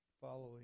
following